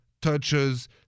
Touches